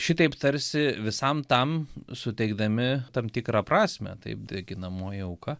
šitaip tarsi visam tam suteikdami tam tikrą prasmę taip deginamoji auka